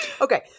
Okay